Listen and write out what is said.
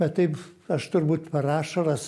bet taip aš turbūt per ašaras